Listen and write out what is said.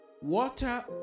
water